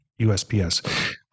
usps